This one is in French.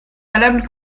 valable